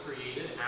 created